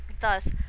Thus